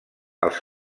els